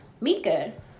Mika